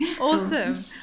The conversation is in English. awesome